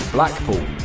Blackpool